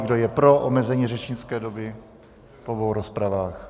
Kdo je pro omezení řečnické doby v obou rozpravách?